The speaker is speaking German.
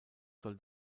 soll